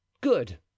good